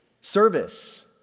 Service